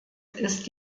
ist